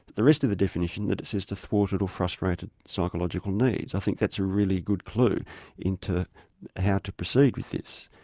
the rest of the definition that it says is thwarted or frustrated psychological needs, i think that's a really good clue into how to proceed with this.